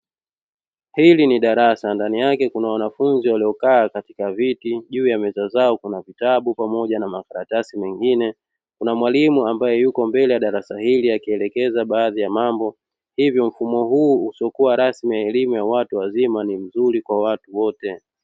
Hili ni darasa ndani yake kuna wanafunzi waliokaa katika viti juu ya meza zao kuna vitabu pamoja na makaratasi mengine kuna mwalimu ambaye yuko mbele ya darasa hili akielekeza baadhi ya mambo, hivyo mfumo huu usiokuwa rasmi ya elimu ya watu wazima ni mzuri kwa watu wote.